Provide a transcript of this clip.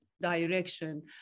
direction